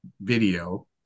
video